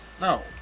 No